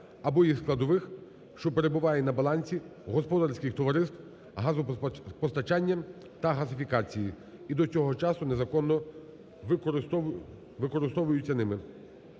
або їх складових, що перебуває на балансі господарських товариств з газопостачання та газифікації і до цього часу незаконно використовуються ними.